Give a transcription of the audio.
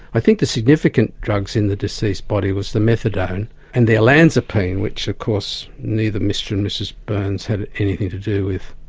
i think the significant drugs in the deceased's body was the methadone and the olanzapine, which of course neither mr or mrs byrnes had anything to do with.